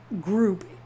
group